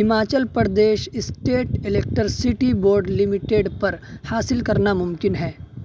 Himachal Pradesh state electricity board limited پر حاصل کرنا ممکن ہے